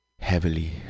Heavily